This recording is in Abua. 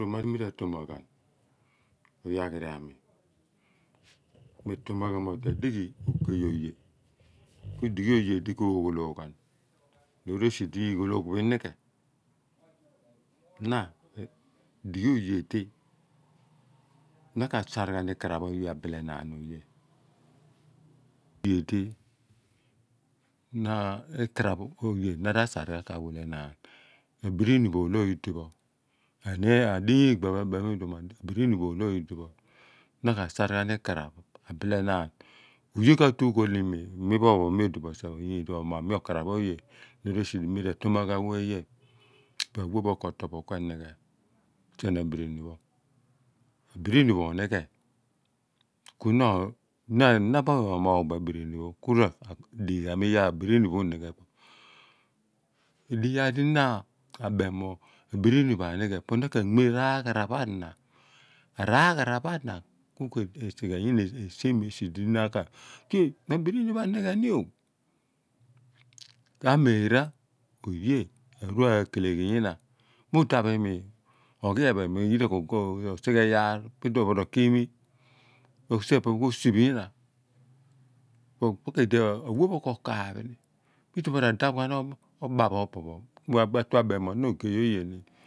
Oroma di mi ra tomaghan ogaghiri ami miratomaghan mo odi adighi agey oye odi ku di ghi oye di koo gho looghan loor esi di ligho loogh idighe. na dighi oye di na ka saar ghan ikaaraph oye abilenaan ghan. edighidi ikaraph oye na̱ ra̱ saa̱r ghan ka while naan abrini pho oloogh idipho ani yaah ligbia pho ebem idoun a birini oloor idipho. emi oye ka tue ughool imi momior okarap pho oye idiedighibo̱ mira toma ghan we mo odighi okarph oye onighe abrini pho onighe ku na pho amoogh bo abiri ni pho kuradighi ghaabo iyaar pho abirini pho unighebo̱ edighi iyaar di na abem mo abrini pho anighe po na ka bea raghara pho a na aragha ra pho ana ku ke si ghe yena esire esidi naka beem mo abirini pho anighe ni ooh ka mee ra oye akeleghi ina mo daph i mi oghi ephen osighe iyaar r'okilmi, osip epe ko siph inna ipe kidi a we pho ka kaaph ni mo iduoph ràadaph ghan ogba. ogba pho opo pho ku cli atue mem mo odi ogey oye